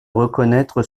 reconnaître